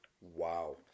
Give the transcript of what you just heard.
Wow